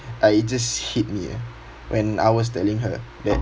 uh it just hit me ah when I was telling her that